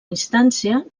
instància